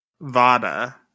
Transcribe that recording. Vada